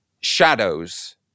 shadows